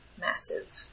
massive